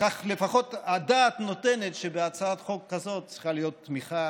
לפחות הדעת נותנת שבהצעת חוק כזאת צריכה להיות תמיכה